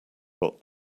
got